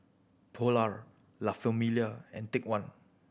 Polar La Famiglia and Take One